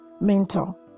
mental